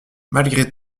malgré